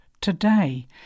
Today